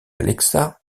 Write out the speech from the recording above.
alexa